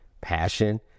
passion